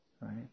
Right